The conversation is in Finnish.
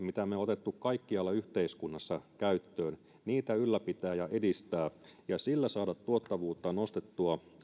mitä me olemme ottaneet kaikkialla yhteiskunnassa käyttöön ylläpitää ja edistää ja sillä saada ennen kaikkea tuottavuutta nostettua